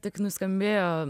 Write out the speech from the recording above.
tik nuskambėjo